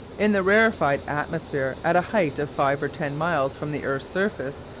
in the rarefied atmosphere at a height of five or ten miles from the earth's surface,